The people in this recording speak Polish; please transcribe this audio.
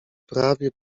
prawie